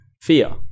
fear